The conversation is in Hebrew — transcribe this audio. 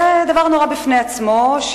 זה דבר נורא בפני עצמו.